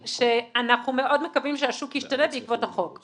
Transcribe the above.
שאנחנו מאוד מקווים שהשוק השתנה בעקבות החוק.